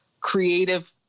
creative